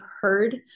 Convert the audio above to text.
heard